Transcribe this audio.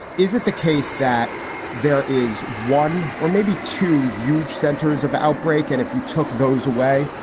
is it the case that there is one or maybe two huge centres of outbreak and if you took those away,